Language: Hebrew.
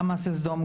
גם מעשה סדום,